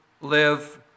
live